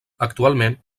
actualment